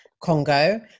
Congo